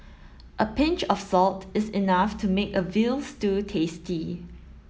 a pinch of salt is enough to make a veal stew tasty